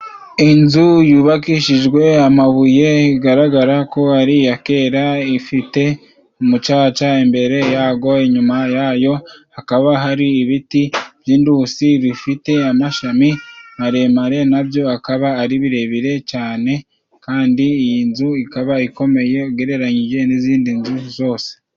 inzu yubakishijwe amabuye, igaragara ko ari iya kera, ifite umucaca imbere yayo, inyuma yayo hakaba hari ibiti by'indusi, bifite amashami maremare, nabyo akaba ari birebire cyane, kandi iyi nzu ikaba ikomeye ugereranyije n'izindi nzu zose.